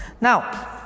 Now